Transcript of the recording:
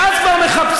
ואז כבר מחפשים,